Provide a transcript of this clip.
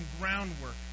groundwork